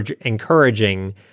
encouraging